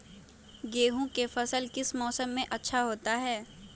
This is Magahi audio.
गेंहू का फसल किस मौसम में अच्छा होता है?